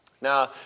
Now